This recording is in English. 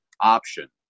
option